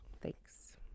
Thanks